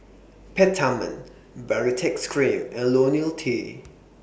Peptamen Baritex Cream and Lonil T